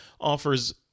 offers